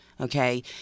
okay